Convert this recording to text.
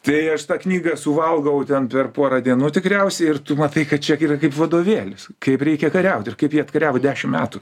tai aš tą knygą suvalgau ten per porą dienų tikriausiai ir tu matai kad čia yra kaip vadovėlis kaip reikia kariaut ir kaip jie atkariavo dešim metų